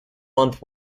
month